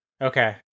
Okay